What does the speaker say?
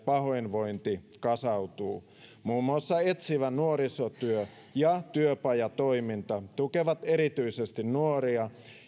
pahoinvointi kasautuu muun muassa etsivä nuorisotyö ja työpajatoiminta tukevat erityisesti nuoria